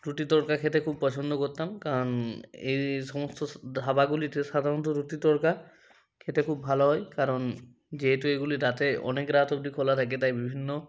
রুটি তড়কা খেতে খুব পছন্দ করতাম কারণ এই সমস্ত ধাবাগুলিতে সাধারণত রুটি তড়কা খেতে খুব ভালো হয় কারণ যেহেতু এগুলি রাতে অনেক রাত অবধি খোলা থাকে তাই বিভিন্ন